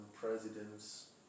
presidents